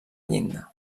llinda